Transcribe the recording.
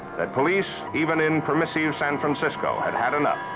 that police, even in permissive san francisco, had had enough,